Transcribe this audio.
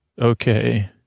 Okay